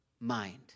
mind